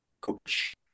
coach